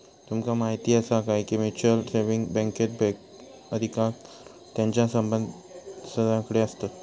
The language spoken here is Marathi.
तुमका म्हायती आसा काय, की म्युच्युअल सेविंग बँकेत बँकेचे अधिकार तेंच्या सभासदांकडे आसतत